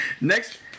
Next